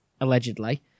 allegedly